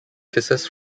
kisses